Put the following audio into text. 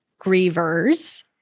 grievers